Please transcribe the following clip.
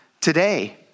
today